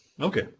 Okay